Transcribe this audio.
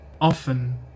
often